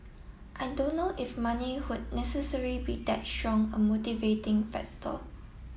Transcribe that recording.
I don't know if money would necessary be that strong a motivating factor